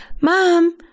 Mom